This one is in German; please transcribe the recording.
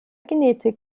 genetik